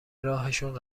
راهشون